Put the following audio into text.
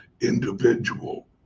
individual